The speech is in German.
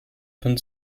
von